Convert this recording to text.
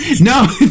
no